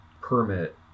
permit